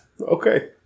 Okay